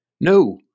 No